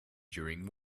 during